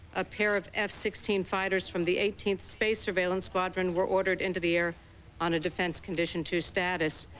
a pair of f sixteen fighters from the eighteenth space surveillance squadron were ordered into the air on a defense condition-two status.